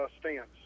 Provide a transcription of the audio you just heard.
stance